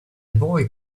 boy